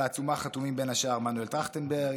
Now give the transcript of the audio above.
על העצומה חתומים בין השאר מנואל טרכטנברג,